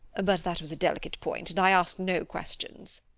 but that was a delicate point, and i asked no questions.